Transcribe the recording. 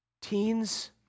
teens